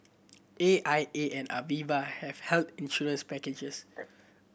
A I A and Aviva have health insurance packages